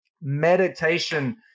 meditation